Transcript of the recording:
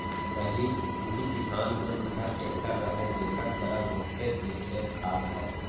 पहिली उही किसान मन घर टेक्टर रहय जेकर करा बहुतेच खेत खार रहय